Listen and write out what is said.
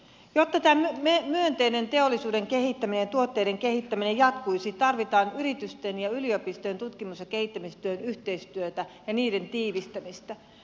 jotta tämä myönteinen teollisuuden ja tuotteiden kehittäminen jatkuisi tarvitaan yritysten ja yliopistojen tutkimus ja kehittämistyön yhteistyötä ja sen tiivistämistä